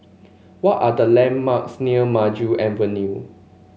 what are the landmarks near Maju Avenue